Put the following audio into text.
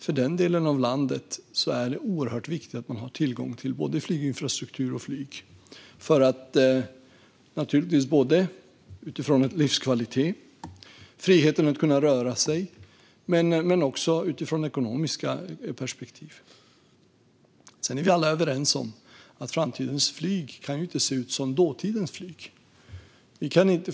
För den delen av landet är det oerhört viktigt att ha tillgång till både flyginfrastruktur och flyg. Det handlar om livskvalitet och om friheten att kunna röra sig men också om ekonomiska perspektiv. Vi är dock alla överens om att framtidens flyg inte kan se ut som dåtidens flyg.